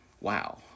wow